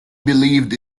believed